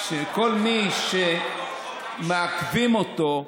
אתה מעכב אותם,